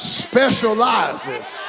specializes